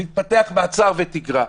וזה התפתח למעצר ותגרה.